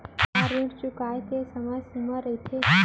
का ऋण चुकोय के समय सीमा रहिथे?